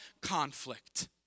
conflict